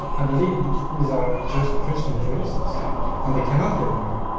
i believe they are just christian priests and they can not get married.